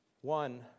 One